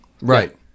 Right